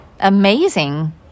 amazing